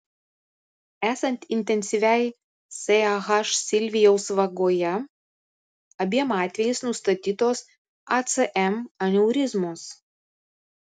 esant intensyviai sah silvijaus vagoje abiem atvejais nustatytos acm aneurizmos